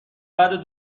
بعد